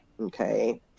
okay